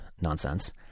nonsense